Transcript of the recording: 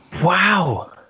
Wow